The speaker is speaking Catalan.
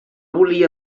volia